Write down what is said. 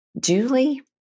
Julie